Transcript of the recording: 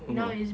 mmhmm